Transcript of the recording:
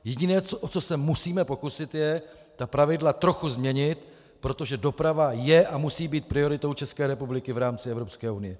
Jediné, o co se musíme pokusit, je ta pravidla trochu změnit, protože doprava je a musí být prioritou České republiky v rámci Evropské unie.